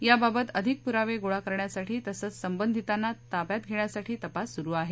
याबाबत अधिक पुरावे गोळा करण्यासाठी तसंच संबंधितांना ताब्यात घेण्यासाठी तपास सुरु आहे